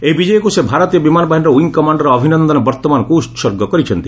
ଏହି ବିଜୟକୁ ସେ ଭାରତୀୟ ବିମାନ ବାହିନୀର ୱିଙ୍ଗ୍ କମାଣ୍ଡର୍ ଅଭିନନ୍ଦନ ବର୍ତ୍ମାନ୍ଙ୍କୁ ଉତ୍ସର୍ଗ କରିଛନ୍ତି